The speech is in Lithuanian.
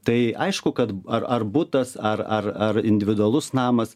tai aišku kad ar ar butas ar ar ar individualus namas